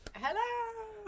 hello